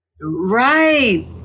right